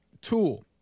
tool